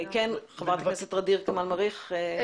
חברת הכנסת ע'דיר כמאל מריח, בבקשה.